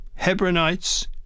Hebronites